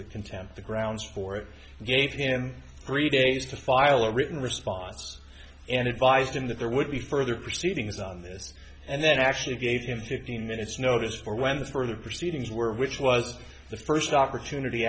contempt the grounds for it gave him three days to file a written response and advised him that there would be further proceedings on this and then actually gave him fifteen minutes notice for when the further proceedings were which was the first opportunity